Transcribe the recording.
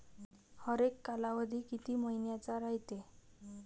हरेक कालावधी किती मइन्याचा रायते?